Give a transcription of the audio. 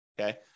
okay